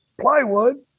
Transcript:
plywood